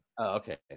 Okay